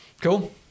Cool